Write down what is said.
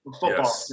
football